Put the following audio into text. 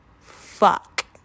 fuck